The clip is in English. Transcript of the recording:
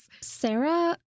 Sarah